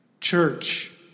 church